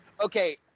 Okay